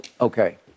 Okay